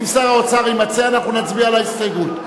אם שר האוצר יימצא, אנחנו נצביע על ההסתייגות.